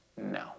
no